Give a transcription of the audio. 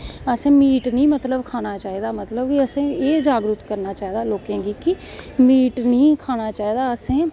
असें मीट नी खाना चाही दा असें मतलव एह् जागरुक करना चाही दा लोकें गी के मीट नी खाना चाही दा असैं